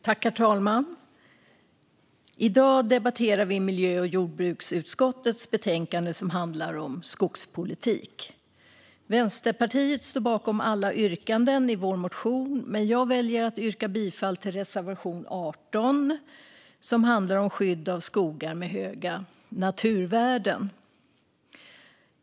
Herr talman! I dag debatterar vi miljö och jordbruksutskottets betänkande om skogspolitik. Vänsterpartiet står bakom alla yrkanden i vår motion, men jag väljer att yrka bifall endast till reservation 18, som handlar om skydd av skogar med höga naturvärden.